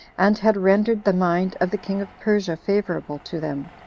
and had rendered the mind of the king of persia favorable to them.